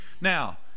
Now